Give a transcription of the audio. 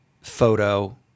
photo